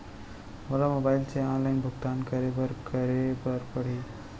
मोला मोबाइल से ऑनलाइन भुगतान करे बर का करे बर पड़ही?